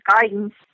guidance